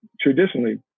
traditionally